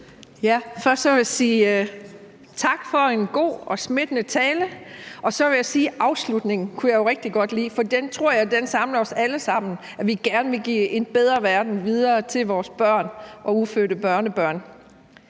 tak for en god og smittende tale, og så vil jeg sige, at afslutningen kunne jeg jo rigtig godt lide, for den tror jeg samler os alle sammen: at vi gerne vil give en bedre verden videre til vores børn og ufødte børnebørn.